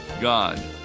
God